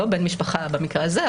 לא בן משפחה במקרה הזה,